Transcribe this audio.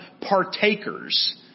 partakers